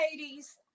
ladies